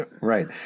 Right